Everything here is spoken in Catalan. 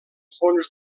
fons